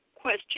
question